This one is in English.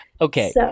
okay